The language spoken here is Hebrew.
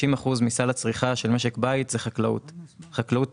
50% מסל הצריכה של משק בית זה חקלאות טרייה.